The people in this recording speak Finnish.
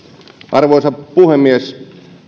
arvoisa puhemies